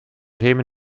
themen